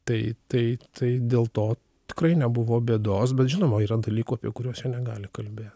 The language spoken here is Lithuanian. tai tai tai dėl to tikrai nebuvo bėdos bet žinoma yra dalykų apie kuriuos jie negali kalbėt